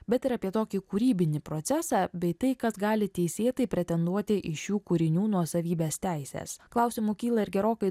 bet ir apie tokį kūrybinį procesą bei tai kas gali teisėtai pretenduoti į šių kūrinių nuosavybės teises klausimų kyla ir gerokai